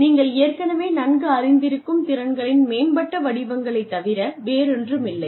நீங்கள் ஏற்கனவே நன்கு அறிந்திருக்கும் திறன்களின் மேம்பட்ட வடிவங்களைத் தவிர வேறொன்றுமில்லை